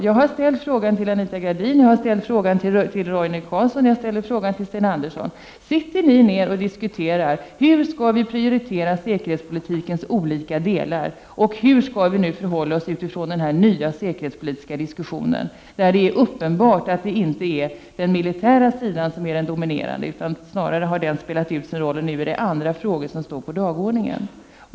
Jag har ställt frågan till Anita Gradin och Roine Carlsson, och jag ställer den nu till Sten Andersson: Sitter ni någonsin och diskuterar hur man skall prioritera säkerhetspolitikens olika delar och hur vi skall förhålla oss till den nya säkerhetspolitiska diskussionen, där det är uppenbart att det inte längre är den militära sidan som är dominerande — snarare har den spelat ut sin roll, och nu är det andra frågor som står på dagordningen?